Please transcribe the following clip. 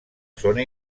zona